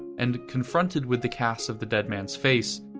and, confronted with the cast of the dead man's face,